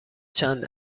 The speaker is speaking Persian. چند